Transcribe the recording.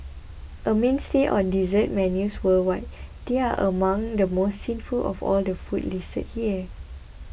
a mainstay on dessert menus worldwide they are among the most sinful of all the foods listed here